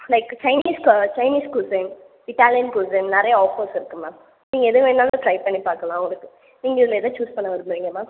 like Chinese Chinese cuisine Italian cuisine நிறைய offers இருக்கு ma'am நீங்கள் எது வேணாலும் ட்ரை பண்ணி பார்க்கலாம் உங்களுக்கு நீங்கள் இதில் எதை சூஸ் பண்ண விரும்புறீங்க மேம்